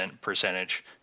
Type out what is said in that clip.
percentage